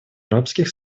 арабских